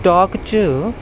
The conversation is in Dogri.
स्टाक च